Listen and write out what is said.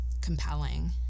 compelling